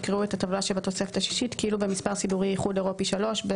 יקראו את הטבלה שבתוספת השישית כאילו במספר סידורי (איחוד אירופי) 3,